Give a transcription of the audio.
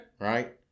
Right